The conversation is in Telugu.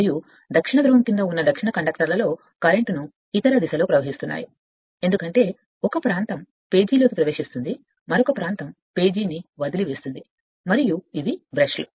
మరియు దక్షిణ ధ్రువం క్రింద ఉన్న దక్షిణ కండక్టర్లలో కరెంట్ను ఇతర దిశలో తీసుకువెళుతుంది ఎందుకంటే ఎక్కడికి వెళుతున్నామో పేజీ మరొక ప్రాంతం పేజీని వదిలివేస్తుంది మరియు ఇది బ్రష్లు